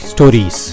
Stories